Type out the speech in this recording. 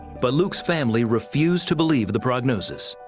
but luke's family refused to believe the prognosis.